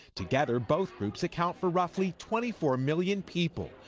together both groups account for roughly twenty four million people.